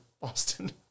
Boston